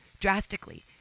drastically